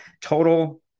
total